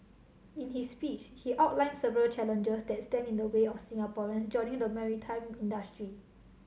in his speech he outlined several challenges that stand in the way of Singaporeans joining the maritime industry